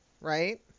right